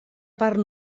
part